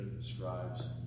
describes